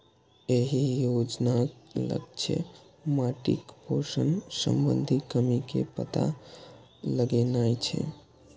एहि योजनाक लक्ष्य माटिक पोषण संबंधी कमी के पता लगेनाय छै